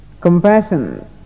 compassion